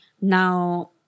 now